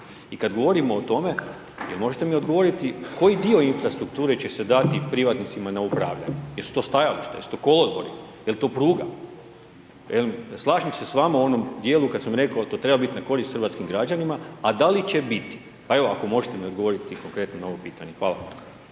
I kada govorimo o tome, možete li mi odgovoriti, koji dio infrastrukture, će se dati privatnicima na upravljanje, jesu to stajališta, jesu to kolodvori, jel to pruga? Velim, slažem se s vama u onom dijelu kada sam rekao, to treba biti na korist hrvatskih građanima, a da li će biti. Pa evo, ako možete mi odgovoriti konkretno na ovo pitanje. Hvala.